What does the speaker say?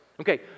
Okay